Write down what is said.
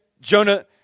Jonah